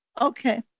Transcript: Okay